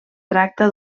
tracta